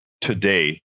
today